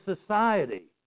society